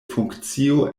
funkcio